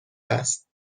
است